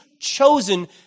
chosen